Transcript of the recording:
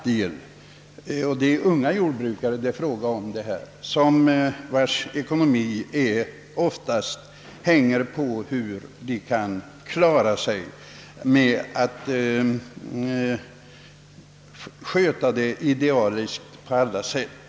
Det gäller unga jordbrukare, vilkas ekonomi oftast hänger på om de kan sköta sina jordbruk på ett idealiskt sätt.